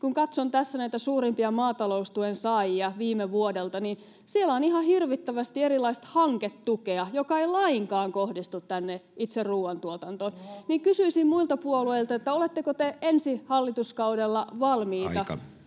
Kun katson tässä näitä suurimpia maataloustuen saajia viime vuodelta, niin siellä on ihan hirvittävästi erilaista hanketukea, joka ei lainkaan kohdistu itse ruuantuotantoon. Siksi kysyisin muilta puolueilta, oletteko te ensi hallituskaudella valmiita